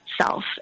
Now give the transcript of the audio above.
self